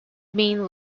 main